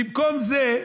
במקום זה,